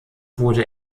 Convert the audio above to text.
wurde